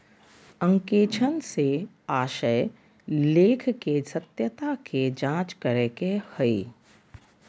अंकेक्षण से आशय लेख के सत्यता के जांच करे के हइ